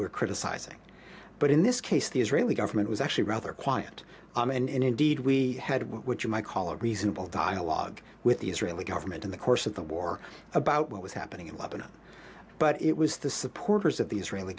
were criticizing but in this case the israeli government was actually rather quiet and indeed we had what you might call a reasonable dialogue with the israeli government in the course of the war about what was happening in lebanon but it was the supporters of the israeli